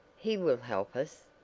he will help us.